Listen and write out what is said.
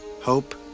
hope